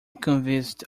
convinced